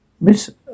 Miss